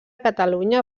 catalunya